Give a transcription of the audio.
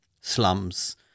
slums